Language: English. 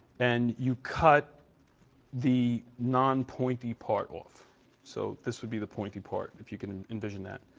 and you cut the non-pointy part off so this would be the pointy part, if you can envision that.